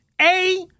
A-